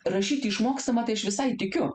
rašyti išmokstama tai aš visai tikiu